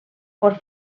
por